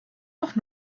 doch